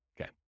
okay